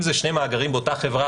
אם זה שני מאגרים באותה חברה,